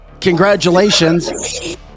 congratulations